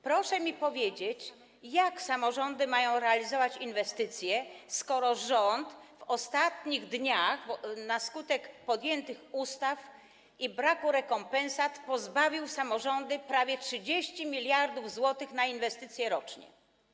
Proszę mi powiedzieć, jak samorządy mają realizować te inwestycje, skoro rząd w ostatnich dniach, na skutek podjętych ustaw i braku rekompensat, pozbawił samorządy prawie 30 mld zł na inwestycje rocznie.